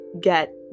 get